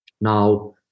Now